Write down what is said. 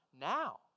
Now